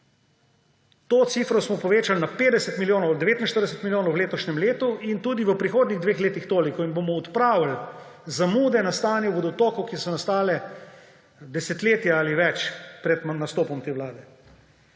to cifro smo povečali na 50 milijonov, 49 milijonov v letošnjem letu in tudi v prihodnjih dveh letih toliko. In bomo odpravili zamude na stanju vodotokov, ki so nastale desetletja in več pred nastopom te vlade.